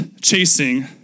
chasing